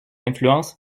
influence